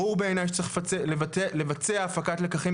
ברור בעיניי שצריך לבצע הפקת לקחים,